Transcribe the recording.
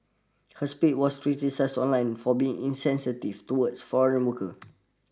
her speed was criticised online for being insensitive towards foreign workers